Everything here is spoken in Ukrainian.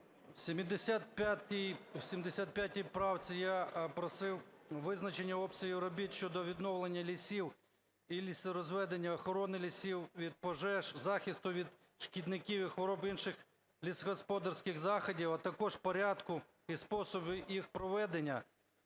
В 75 правці я просив визначення обсягів робіт щодо відновлення лісів і лісорозведення, охорони лісів від пожеж, захисту від шкідників і хвороб, і інших лісогосподарських заходів, а також порядку і способи їх проведення.